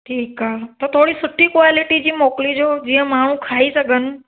ठीक आ त थोड़ी सुठी क्वालिटी जी मोकिलिजो जीअं माण्हू खाई सघनि